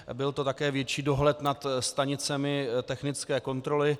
A byl to také větší dohled nad stanicemi technické kontroly.